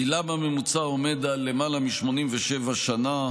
גילם הממוצע עומד על למעלה מ-87 שנה.